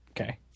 Okay